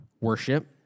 worship